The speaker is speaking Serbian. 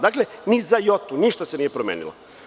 Dakle, ni za jotu, ništa se nije promenilo.